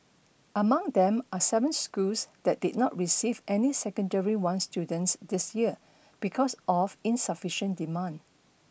among them are seven schools that did not receive any secondary once students this year because of insufficient demand